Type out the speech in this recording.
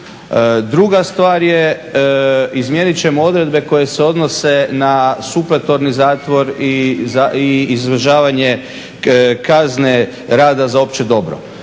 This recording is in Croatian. Druga stvar je izmijenit ćemo odredbe koje se odnose na supletorni zatvor i izležavanje kazne rada za opće dobro.